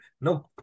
No